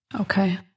Okay